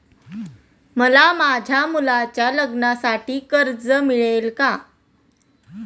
मला माझ्या मुलाच्या लग्नासाठी कर्ज मिळेल का?